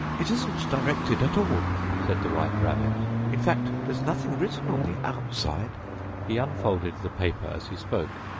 it isn't directed at all said the white rabbit in fact, there's nothing written on the outside he unfolded the paper as he spoke,